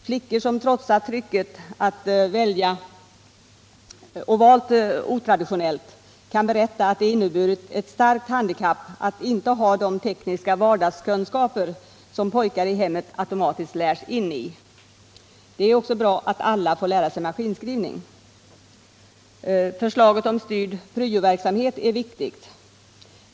Flickor som trotsat trycket och valt otraditionellt kan berätta att det inneburit ett starkt handikapp att inte ha de tekniska vardagskunskaper som pojkar i hemmet automatiskt lärs in i. Det är också bra att alla får lära sig maskinskrivning. Förslaget om en styrd pryoverksamhet är viktigt.